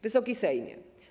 Wysoki Sejmie!